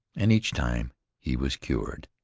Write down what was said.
and each time he was cured.